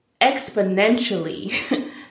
exponentially